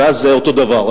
ואז זה אותו דבר,